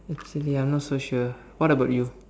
actually I'm not so sure what about you